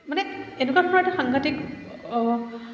মানে এনেকুৱা ধৰণৰ এটা সাংঘাতিক